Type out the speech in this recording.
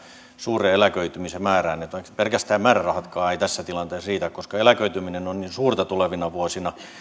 suureen eläköitymisen määrään pelkästään määrärahatkaan eivät tässä tilanteessa riitä koska eläköityminen on niin suurta tulevina vuosina